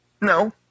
No